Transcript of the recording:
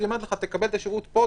אז היא אומרת: תקבל את השירות פה,